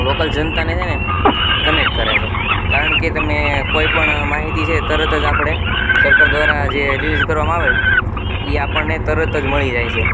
local જનતાને છે ને એ કનેક્ટ કરે છે કારણ કે તમે કોઈપણ માહિતી છે તરત જ આપણે સરકાર દ્વારા જે રીલીઝ કરવામાં આવે એ આપણને તરત જ મળી જાય છે